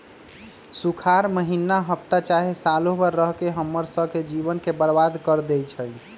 सुखार माहिन्ना हफ्ता चाहे सालों भर रहके हम्मर स के जीवन के बर्बाद कर देई छई